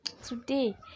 Today